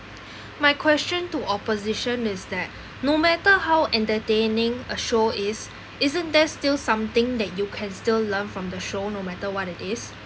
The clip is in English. my question to opposition is that no matter how entertaining a show is isn't there's still something that you can still learn from the show no matter what it is